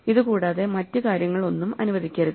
ഇതുകൂടാതെ മറ്റ് കാര്യങ്ങൾ ഒന്നും അനുവദിക്കരുത്